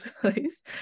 place